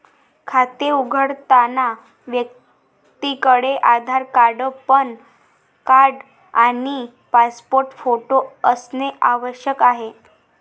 खाते उघडताना व्यक्तीकडे आधार कार्ड, पॅन कार्ड आणि पासपोर्ट फोटो असणे आवश्यक आहे